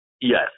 Yes